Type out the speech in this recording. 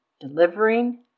delivering